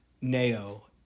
neo